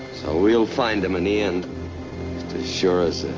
so we'll find the money and shearers. and